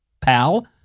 pal